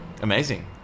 Amazing